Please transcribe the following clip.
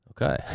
Okay